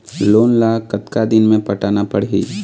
Loan ला कतका दिन मे पटाना पड़ही?